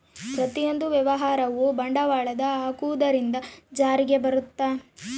ಪ್ರತಿಯೊಂದು ವ್ಯವಹಾರವು ಬಂಡವಾಳದ ಹಾಕುವುದರಿಂದ ಜಾರಿಗೆ ಬರುತ್ತ